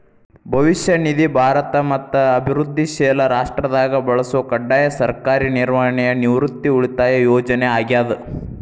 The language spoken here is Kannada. ಭವಿಷ್ಯ ನಿಧಿ ಭಾರತ ಮತ್ತ ಅಭಿವೃದ್ಧಿಶೇಲ ರಾಷ್ಟ್ರದಾಗ ಬಳಸೊ ಕಡ್ಡಾಯ ಸರ್ಕಾರಿ ನಿರ್ವಹಣೆಯ ನಿವೃತ್ತಿ ಉಳಿತಾಯ ಯೋಜನೆ ಆಗ್ಯಾದ